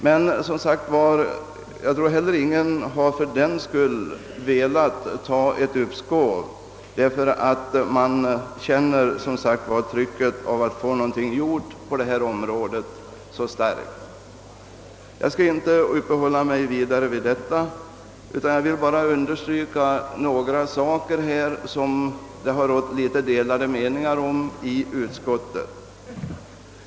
Men jag tror inte heller att någon för den skull velat ta ett uppskov med denna fråga, därför att man starkt känner trycket av att få något gjort på detta område. Jag skall inte uppehålla mig vidare vid detta utan vill bara beröra några punkter, om vilka delade meningar rådde inom utskottet.